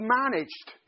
managed